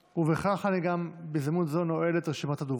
בכך, בהזדמנות זו, אני נועל את רשימת הדוברים.